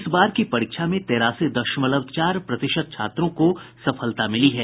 इस बार की परीक्षा में तेरासी दशमलव चार प्रतिशत छात्रों को सफलता मिली है